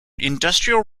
industrial